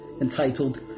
entitled